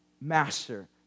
master